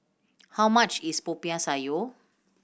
how much is Popiah Sayur